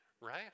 Right